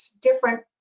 different